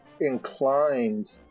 inclined